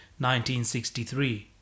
1963